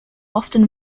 often